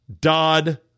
Dodd